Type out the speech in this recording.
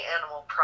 animal